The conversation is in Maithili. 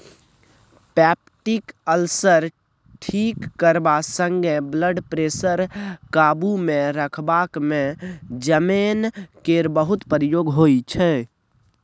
पेप्टीक अल्सर ठीक करबा संगे ब्लडप्रेशर काबुमे रखबाक मे जमैन केर बहुत प्रयोग होइ छै